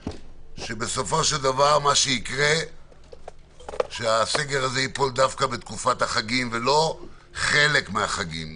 שבסופו של דבר הסגר הזה ייפול דווקא בתקופת החגים ולא חלק מהחגים.